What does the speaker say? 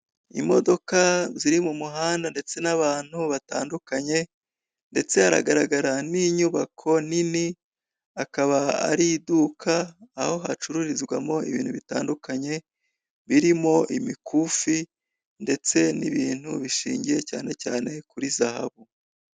Imodoka ziri mu muhanda ndetse n'abantu batandukanye, ndetse hagaragara n'inyubako nini akaba ari iduka, aho hacururizwamo ibintu bitandukanye, birimo imikufi ndetse n'ibintu bishingiye cyane cyane kuri zahabu.